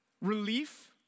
relief